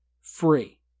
free